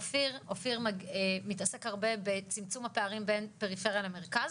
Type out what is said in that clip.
אופיר מתעסק הרבה בצמצום הפערים בין פריפריה למרכז